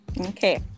Okay